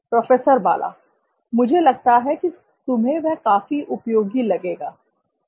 professor Bala मुझे लगता है कि तुम्हें वह काफी उपयोगी लगेगा